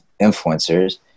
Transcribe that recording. influencers